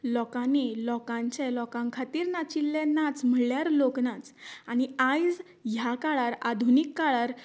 लोकांनी लोकांचे लोकां खातीर नाचिल्ले नाच म्हळ्यार लोकनाच आनी आयज ह्या काळार आधुनीक काळार